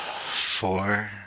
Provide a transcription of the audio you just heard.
Four